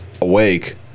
awake